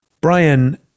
Brian